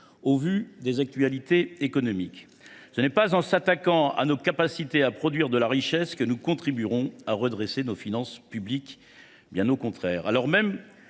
au vu des actualités économiques. Ce n’est pas en s’attaquant à nos capacités à produire de la richesse que nous contribuerons à redresser nos finances publiques. Bien au contraire.